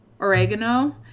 oregano